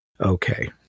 okay